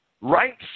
right